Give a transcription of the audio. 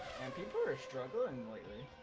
and people are struggling lately